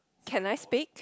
can I speak